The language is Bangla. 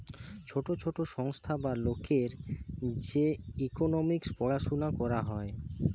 ছোট ছোট সংস্থা বা লোকের যে ইকোনোমিক্স পড়াশুনা করা হয়